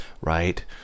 right